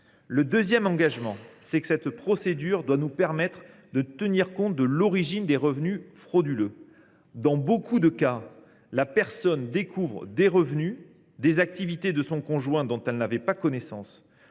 Deuxièmement, cette procédure doit nous permettre de prendre en considération l’origine des revenus frauduleux. Dans beaucoup de cas, la personne découvre des revenus, des activités de son conjoint dont elle n’avait pas connaissance.